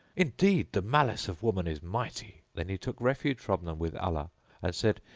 indeed, the malice of woman is mighty! then he took refuge from them with allah and said,